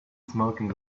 smoking